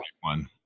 one